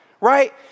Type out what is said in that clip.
right